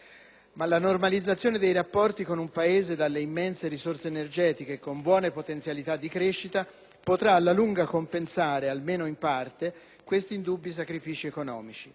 Ma la normalizzazione dei rapporti con un Paese dalle immense risorse energetiche e con buone potenzialità di crescita potrà alla lunga compensare almeno in parte questi indubbi sacrifici economici.